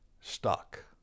stuck